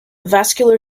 vascular